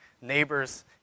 Neighbors